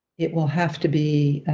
it will have to be,